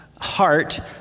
heart